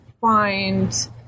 find